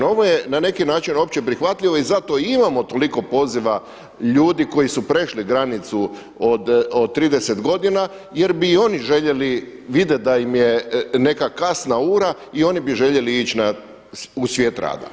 Ovo je na neki način opće prihvatljivo i zato imamo toliko poziva ljudi koji su prešli granicu od 30 godina jer bi i oni željeli, vide da im je neka kasna ura i oni bi željeli ići u svijet rada.